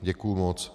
Děkuji moc.